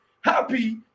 Happy